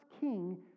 king